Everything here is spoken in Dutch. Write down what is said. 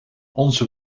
onze